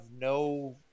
no